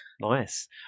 Nice